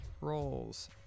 rolls